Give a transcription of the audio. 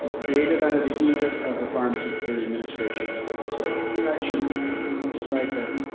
created under the aegis of the farm security administration's historical section under roy stryker.